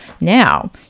Now